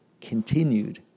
continued